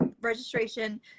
registration